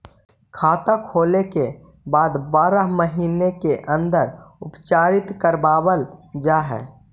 खाता खोले के बाद बारह महिने के अंदर उपचारित करवावल जा है?